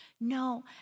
No